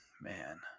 Man